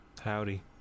Howdy